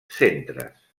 centres